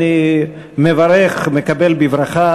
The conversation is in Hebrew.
אני מקבל בברכה,